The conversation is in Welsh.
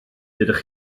dydych